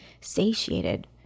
satiated